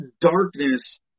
darkness